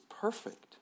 perfect